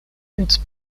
its